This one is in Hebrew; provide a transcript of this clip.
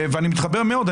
ואני מתחבר מאוד.